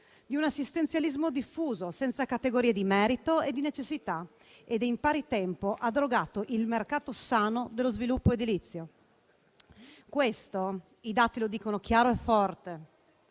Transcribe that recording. di un assistenzialismo diffuso, senza categorie di merito e di necessità, ed in pari tempo ha drogato il mercato sano dello sviluppo edilizio. Questo i dati lo dicono chiaro e forte.